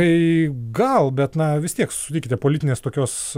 tai gal bet na vis tiek sutikite politinės tokios